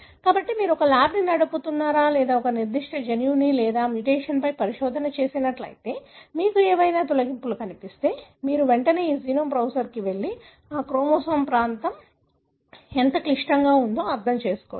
కాబట్టి మీరు ఒక ల్యాబ్ని నడుపుతున్నారా లేదా ఒక నిర్దిష్ట జన్యువు లేదా దాని మ్యుటేషన్పై పరిశోధన చేస్తున్నట్లయితే మీకు ఏవైనా తొలగింపులు కనిపిస్తే మీరు వెంటనే ఈ జీనోమ్ బ్రౌజర్కి వెళ్లి ఆ క్రోమోజోమ్ ప్రాంతం ఎంత క్లిష్టంగా ఉందో అర్థం చేసుకోవచ్చు